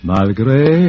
Malgré